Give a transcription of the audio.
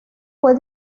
fue